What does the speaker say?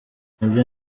nibyo